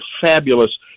fabulous